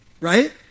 Right